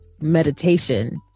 meditation